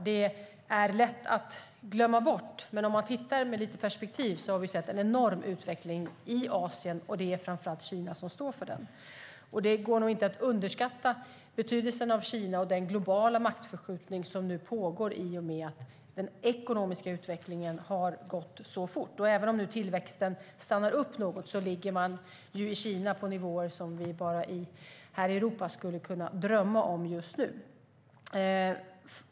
Det är lätt att glömma bort. Men man kan titta på detta med lite perspektiv. Vi har sett en enorm utveckling i Asien, och det är framför allt Kina som står för den. Det går nog inte att underskatta betydelsen av Kina och den globala maktförskjutning som nu pågår i och med att den ekonomiska utvecklingen har gått så fort. Även om tillväxten nu stannar upp något ligger man i Kina på nivåer som vi här i Europa bara skulle kunna drömma om just nu.